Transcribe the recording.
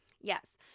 Yes